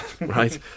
Right